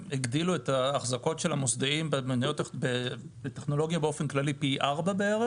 שהגדילו את ההחזקות של המוסדיים בטכנולוגיה באופן כללי בערך פי ארבעה.